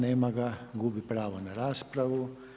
Nema ga, gubi pravo na raspravu.